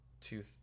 two